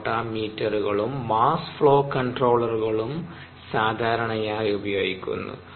റോട്ടാമീറ്ററുകളും mass flow കൺട്രോളറുകളും സാധാരണയായി ഉപയോഗിക്കുന്നു